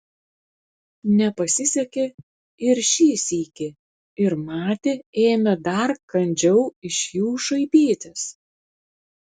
nepasisekė ir šį sykį ir matė ėmė dar kandžiau iš jų šaipytis